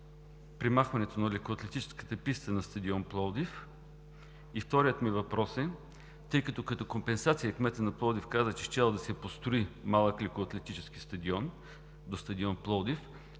премахването на лекоатлетическата писта на стадион „Пловдив“? Вторият ми въпрос е: тъй като като компенсация кметът на Пловдив каза, че щял да се построи малък лекоатлетически стадион до стадион „Пловдив“,